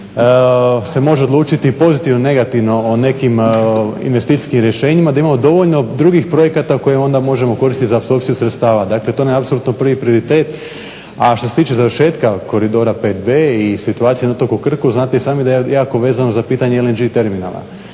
se može odlučiti pozitivno, negativno o nekim investicijskim rješenjima da imamo dovoljno drugih projekata koje onda možemo koristit za apsorpciju sredstava. Dakle to nam je apsolutno prvi prioritet, a što se tiče završetka koridora 5 b i situacije na otoku Krku. Znate i sami da je jako vezano za pitanje …/Govornik